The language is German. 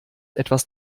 etwas